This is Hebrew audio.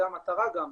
זה המטרה גם,